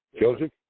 Joseph